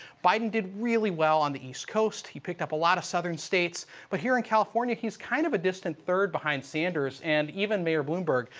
biden did really well on the east coast, picked up a lot of southern states but here in california he is kind of a distant third behind sanders and even mayor bloomberg.